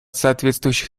соответствующих